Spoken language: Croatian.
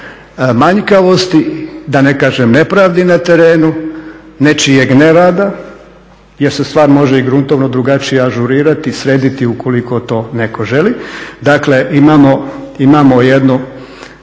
manjkavosti da ne kažem nepravdi na terenu, nečijeg nerada jer se stvar može gruntovno i drugačije ažurirati i srediti ukoliko to neko želi. Dakle imamo jednu